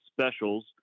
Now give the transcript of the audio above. specials